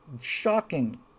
shocking